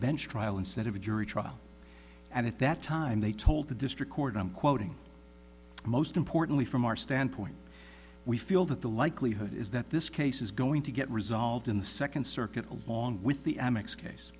bench trial instead of a jury trial and at that time they told the district court i'm quoting most importantly from our standpoint we feel that the likelihood is that this case is going to get resolved in the second circuit along with the amex case